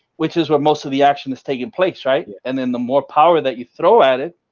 which is what most of the action is taking place. right? and then the more power that you throw at it,